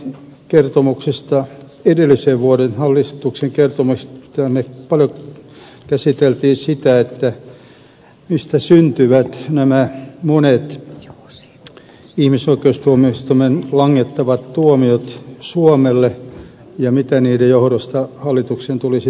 perustuslakivaliokunnan mietinnössä edellisen vuoden hallituksen kertomuksesta käsiteltiin sitä mistä syntyvät nämä monet ihmisoikeustuomioistuimen langettavat tuomiot suomelle ja mitä niiden johdosta hallituksen tulisi tehdä